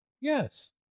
Yes